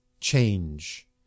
change